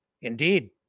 Indeed